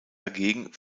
dagegen